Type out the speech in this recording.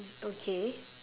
okay